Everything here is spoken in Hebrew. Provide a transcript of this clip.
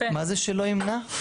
מה זה שלא ימנע?